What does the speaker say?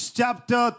chapter